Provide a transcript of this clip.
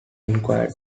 inquired